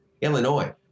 Illinois